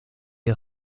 est